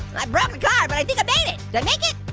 i broke the car, but i think i made it. did i make it?